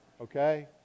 okay